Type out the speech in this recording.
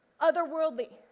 otherworldly